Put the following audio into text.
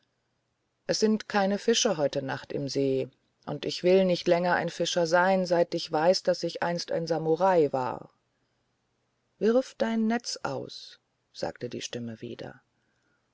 es sind keine fische heute nacht im see und ich will nicht länger ein fischer sein seit ich weiß daß ich einst ein samurai war wirf dein netz aus sagte die stimme wieder